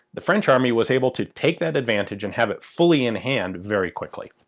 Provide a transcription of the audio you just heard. the french army was able to take that advantage and have it fully in hand very quickly.